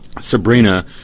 Sabrina